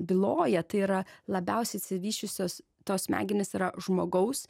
byloja tai yra labiausiai išsivysčiusios tos smegenys yra žmogaus